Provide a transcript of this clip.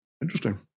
interesting